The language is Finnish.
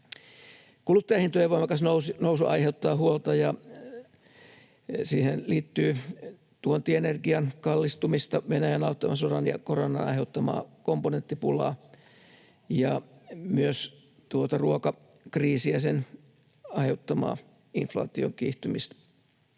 Kuluttajahintojen voimakas nousu aiheuttaa huolta, ja siihen liittyy tuontienergian kallistumista, Venäjän aloittaman sodan ja koronan aiheuttama komponenttipula ja myös ruokakriisi ja sen aiheuttamaa inflaation kiihtymistä.